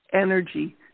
energy